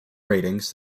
ratings